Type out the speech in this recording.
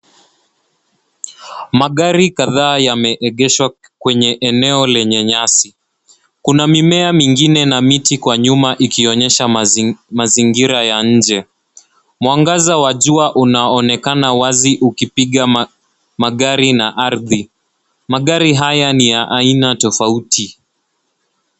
Magari kadhaa yameegeshwa kwenye eneo lenye nyasi. Kuna mimea mingine na miti kwa nyuma ikionyesha mazingira ya nje. Mangaza wa jua unaonekana wazi ukipiga magari na ardhi. Magari haya ni ya aina tofauti.